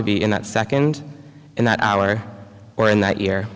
to be in that second in that hour or in that year